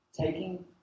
taking